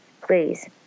please